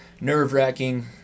nerve-wracking